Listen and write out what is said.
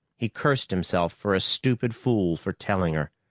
he cursed himself for a stupid fool for telling her.